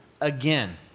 Again